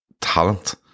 talent